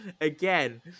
again